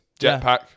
jetpack